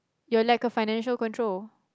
you're like a financial control